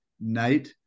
night